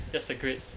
just the grades